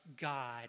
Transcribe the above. God